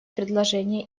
предложение